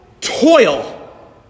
toil